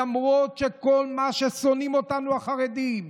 למרות ששונאים אותנו, החרדים,